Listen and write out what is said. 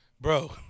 bro